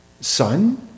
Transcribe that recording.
Son